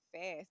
fast